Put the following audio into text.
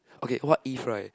okay what if right